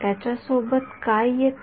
त्याच्या सोबत काय येते